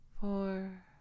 four